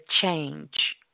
change